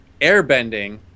airbending